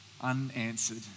unanswered